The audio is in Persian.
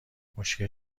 مشکل